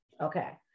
Okay